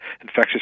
infectious